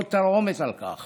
שמביעות תרעומת על כך